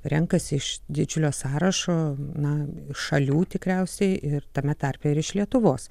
renkasi iš didžiulio sąrašo na šalių tikriausiai ir tame tarpe ir iš lietuvos